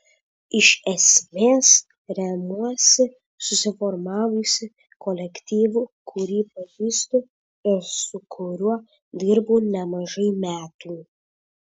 iš esmės remiuosi susiformavusiu kolektyvu kurį pažįstu ir su kuriuo dirbau nemažai metų